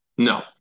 No